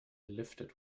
lifted